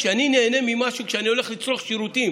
כשאני הולך לצרוך שירותים